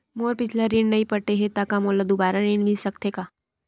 मोर पिछला ऋण नइ पटे हे त का मोला दुबारा ऋण मिल सकथे का?